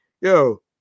Yo